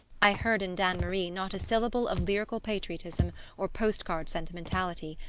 i heard in dannemarie not a syllable of lyrical patriotism or post-card sentimentality,